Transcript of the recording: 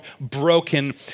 broken